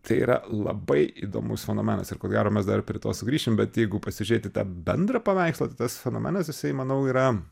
tai yra labai įdomus fenomenas ir ko gero mes dar prie to sugrįšim bet jeigu pasižiūrėt į tą bendrą paveikslą tai tas fenomenas jisai manau yra